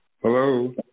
Hello